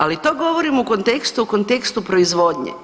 Ali to govorim u kontekstu, u kontekstu proizvodnje.